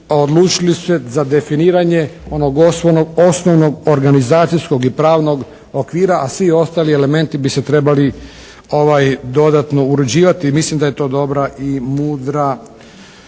odlučili su se za definiranje onog osnovnog organizacijskog i pravnog okvira a svi ostali elementi bi se trebali dodatno uređivati. Mislim da je to dobra i mudra